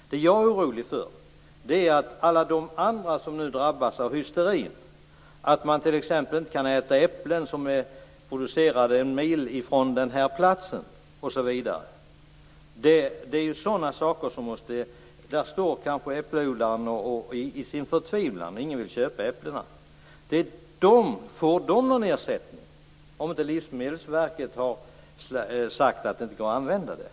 Det som jag är orolig för är alla andra som nu drabbas av hysterin, t.ex. förtvivlade äppelodlare som inte får sina äpplen sålda på grund av att människor inte kan äta äpplen som är producerade en mil från denna plats osv. Får dessa odlare någon ersättning om Livsmedelsverket har sagt att det inte går att använda äpplena?